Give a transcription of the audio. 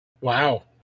Wow